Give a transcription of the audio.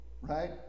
right